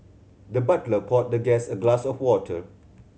the butler poured the guest a glass of water